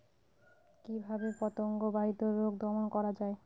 কিভাবে পতঙ্গ বাহিত রোগ দমন করা যায়?